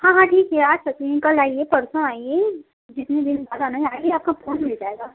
हाँ हाँ ठीक है आ सकती हैं कल आइए परसों आइए जितने दिन बाद आना है आइए आपको फोन मिल जाएगा